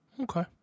okay